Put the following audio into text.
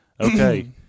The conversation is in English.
Okay